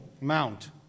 Mount